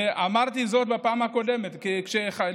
ואמרתי זאת בפעם הקודמת כשאחד,